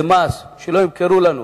זה מס, שלא ימכרו לנו.